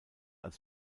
als